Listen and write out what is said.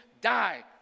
die